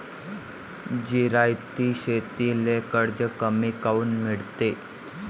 जिरायती शेतीले कर्ज कमी काऊन मिळते?